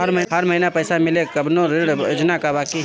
हर महीना पइसा मिले वाला कवनो ऋण योजना बा की?